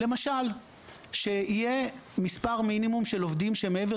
למשל שיהיה מספר מינימום של עובדים שמעבר